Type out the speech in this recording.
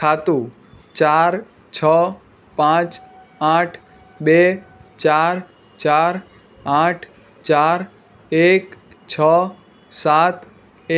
ખાતું ચાર છ પાંચ આઠ બે ચાર ચાર આઠ ચાર એક છ સાત